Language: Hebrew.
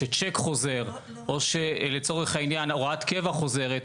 שצ'ק חוזר, או לצורך העניין הוראת קבע חוזרת.